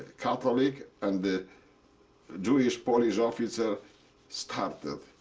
catholic and the jewish-polish officer started.